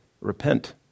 Repent